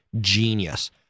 genius